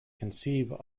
conceive